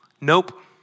nope